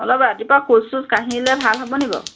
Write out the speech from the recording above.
অলপ ৰাতিপুৱা খোজ চোজ কাঢ়িলে ভাল হ'ব নেকি বাৰু